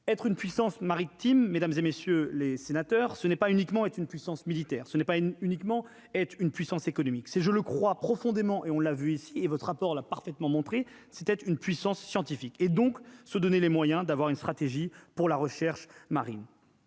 être une puissance maritime, mesdames et messieurs les sénateurs, ce n'est pas uniquement être une puissance militaire, ce n'est pas une uniquement être une puissance économique, c'est, je le crois profondément et on l'a vu ici et votre rapport l'a parfaitement montrée c'était une puissance scientifique et donc se donner les moyens d'avoir une stratégie pour la recherche marine